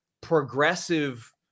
progressive